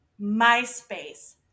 MySpace